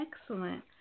excellent